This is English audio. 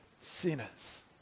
sinners